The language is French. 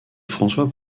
françois